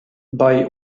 bei